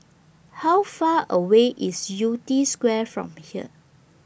How Far away IS Yew Tee Square from here